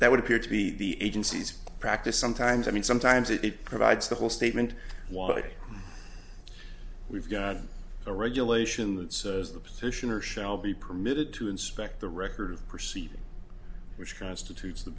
that would appear to be the agency's practice sometimes i mean sometimes it provides the whole statement what we've got a regulation that says the petitioner shall be permitted to inspect the record proceed which constitutes the